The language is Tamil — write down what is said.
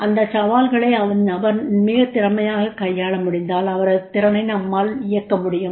அந்த சவால்களை அந்நபர் மிகத் திறமையாகக் கையாள முடிந்தால் அவரது திறனை நம்மால் இயக்க முடியும்